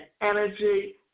energy